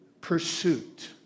pursuit